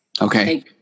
Okay